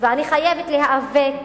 וחייבת להיאבק